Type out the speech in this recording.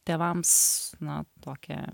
tėvams na tokia